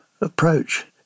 approach